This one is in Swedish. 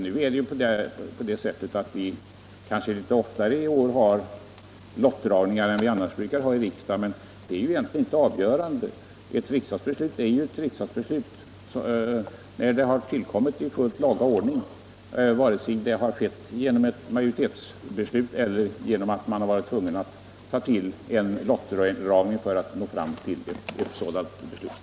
Vi har i nuvarande läge oftare än annars lottdragningar i riksdagen, men det skall egentligen inte ha avgörande betydelse. Ett riksdagsbeslut är ett riksdagsbeslut, när det har tillkommit i fullt laga ordning, vare sig det skett genom ett majoritetsbeslut eller genom att man har varit tvungen att tillgripa en lottdragning för att nå fram till ett beslut.